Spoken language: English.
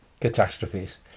catastrophes